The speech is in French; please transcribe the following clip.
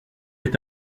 est